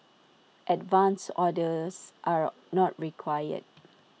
advance orders are not required